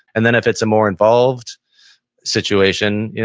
and then if it's a more involved situation,